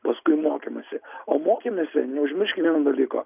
paskui mokymesi o mokymesi neužmirškim dalyko